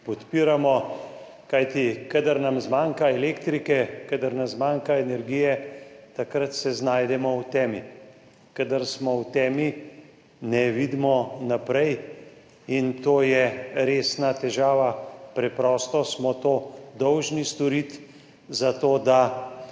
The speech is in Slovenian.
podpiramo. Kajti kadar nam zmanjka elektrike, kadar nam zmanjka energije, takrat se znajdemo v temi, kadar smo v temi, ne vidimo naprej in je to resna težava. Preprosto smo to dolžni storiti, zato da